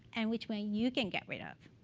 and which one you can get rid of.